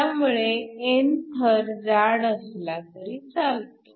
त्यामुळे n थर जाड असला तरी चालतो